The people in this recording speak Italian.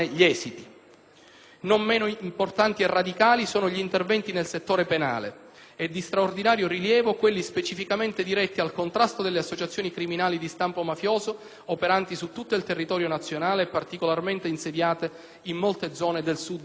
Non meno importanti e radicali sono gli interventi nel settore penale, e di straordinario rilievo quelli specificamente diretti al contrasto delle associazioni criminali di stampo mafioso operanti su tutto il territorio nazionale e particolarmente insediate in molte zone del Sud del Paese.